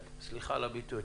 סליחה על הביטוי,